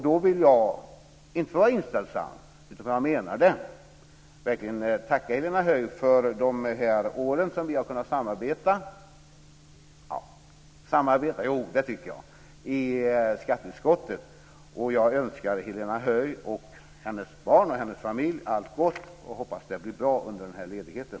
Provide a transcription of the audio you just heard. Då vill jag, inte för att vara inställsam utan för att jag menar det, verkligen tacka Helena Höij för de år som vi har kunnat samarbeta i skatteutskottet. Jag önskar Helena Höij, hennes barn och hennes familj allt gott och hoppas att det blir bra under den här ledigheten.